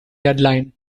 deadline